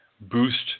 boost